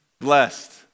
Blessed